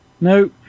No